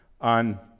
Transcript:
on